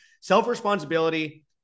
self-responsibility